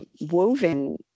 Woven